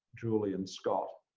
julie, and scott,